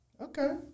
okay